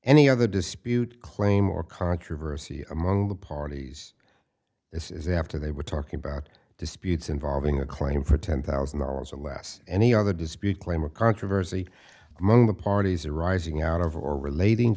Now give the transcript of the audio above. any other dispute claim or controversy among the parties this is after they were talking about disputes involving a claim for ten thousand dollars or less any other dispute claim a controversy among the parties arising out of or relating